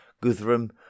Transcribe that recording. Guthrum